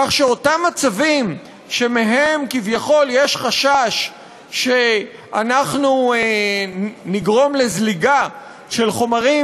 כך שאותם מצבים שמהם כביכול יש חשש שאנחנו נגרום לזליגה של חומרים